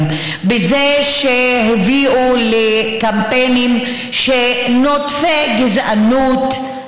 בזה שהביאו לקמפיינים נוטפי גזענות,